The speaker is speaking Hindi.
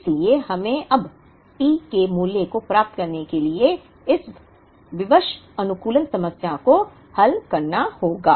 इसलिए हमें अब T के मूल्य को प्राप्त करने के लिए इस विवश अनुकूलन समस्या को हल करना होगा